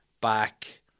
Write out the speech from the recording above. back